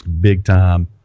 big-time